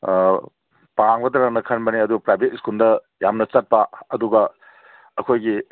ꯄꯥꯝꯒꯗ꯭ꯔꯅ ꯈꯟꯕꯅꯦ ꯑꯗꯨ ꯄ꯭ꯔꯥꯏꯚꯦꯠ ꯁ꯭ꯀꯨꯜꯗ ꯌꯥꯝꯅ ꯆꯠꯄ ꯑꯗꯨꯒ ꯑꯩꯈꯣꯏꯒꯤ